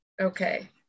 Okay